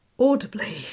audibly